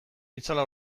itzala